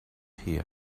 here